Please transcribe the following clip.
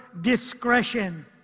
discretion